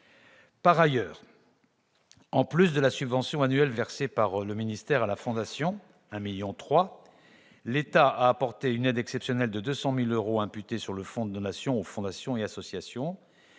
Par ailleurs, en plus de la subvention annuelle versée par le ministère à la fondation- d'un montant de l'ordre de 1,3 million d'euros -, l'État a apporté une aide exceptionnelle de 200 000 euros, imputée sur le fonds de dotation aux fondations et associations.